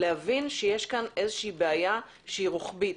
להבין שיש פה בעיה שהיא רוחבית,